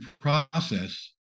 process